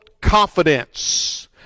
confidence